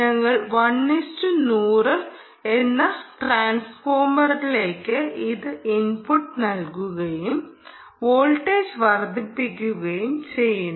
ഞങ്ങൾ 1 100 എന്ന ട്രാൻസ്ഫോർമറിലേക്ക് ഈ ഇൻപുട്ട് നൽകുകയും വോൾട്ടേജ് വർദ്ധിപ്പിക്കുകയും ചെയ്യുന്നു